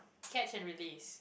catch and release